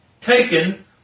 taken